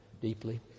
deeply